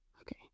Okay